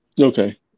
Okay